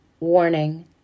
Warning